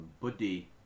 buddhi